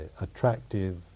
attractive